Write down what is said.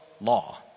law